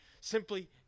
simply